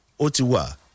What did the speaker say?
otiwa